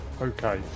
Okay